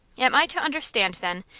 am i to understand, then,